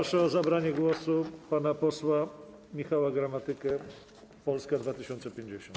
Proszę o zabranie głosu pana posła Michała Gramatykę, Polska 2050.